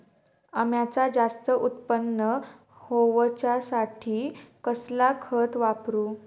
अम्याचा जास्त उत्पन्न होवचासाठी कसला खत वापरू?